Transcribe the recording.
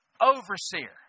overseer